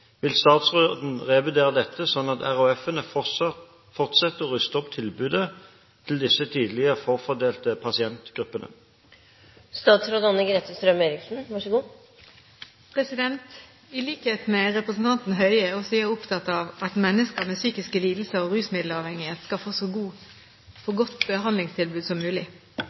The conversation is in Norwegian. Vil statsråden revurdere dette, slik at RHF-ene fortsetter å ruste opp tilbudet til disse tidligere forfordelte pasientgruppene?» I likhet med representanten Høie er jeg opptatt av at mennesker med psykiske lidelser og rusmiddelavhengighet skal få så godt behandlingstilbud som mulig.